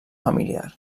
familiar